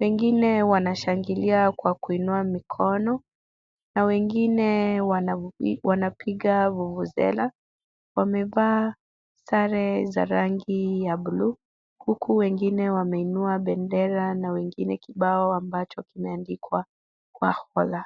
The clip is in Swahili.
wengine wanashangilia kwa kuinua mikono na wengine wanapiga vuvuzela . Wamevaa sare za rangi ya bluu huku wengine wameinua bendera na wengine kibao ambacho kimeandikwa Khwakhola .